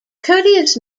courteous